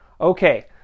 Okay